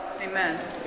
Amen